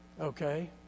Okay